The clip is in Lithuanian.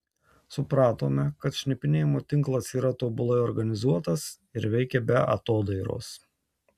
supratome kad šnipinėjimo tinklas yra tobulai organizuotas ir veikia be atodairos